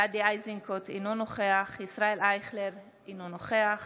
גדי איזנקוט, אינו נוכח ישראל אייכלר, אינו נוכח